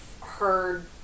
heard